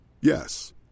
Yes